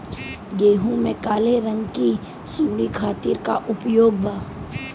गेहूँ में काले रंग की सूड़ी खातिर का उपाय बा?